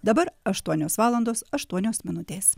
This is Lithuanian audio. dabar aštuonios valandos aštuonios minutės